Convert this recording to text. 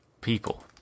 People